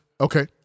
Okay